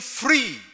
free